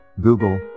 Google